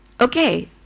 okay